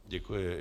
Děkuji.